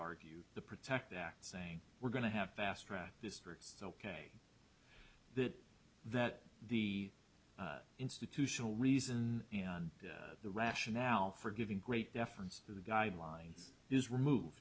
argue the protect act saying we're going to have fast track histories ok that that the institutional reason the rationale for giving great deference to the guidelines is removed